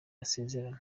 basezerana